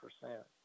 percent